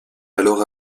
alors